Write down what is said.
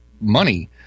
money